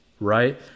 right